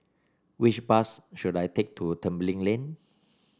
which bus should I take to Tembeling Lane